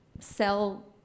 Sell